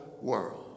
world